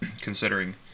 considering